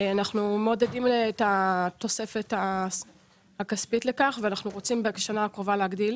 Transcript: ואנחנו רוצים בשנה הקרובה להגדיל